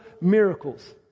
miracles